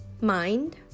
Mind